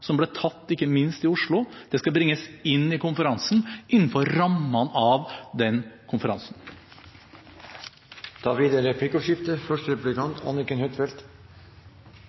som ble tatt, ikke minst i Oslo, skal bringes inn i konferansen innenfor rammene av den konferansen. Det blir replikkordskifte.